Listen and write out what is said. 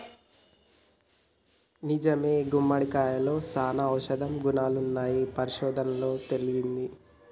నిజమే గుమ్మడికాయలో సానా ఔషధ గుణాలున్నాయని పరిశోధనలలో తేలింది